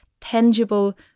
tangible